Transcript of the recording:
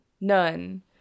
none